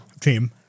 team